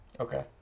Okay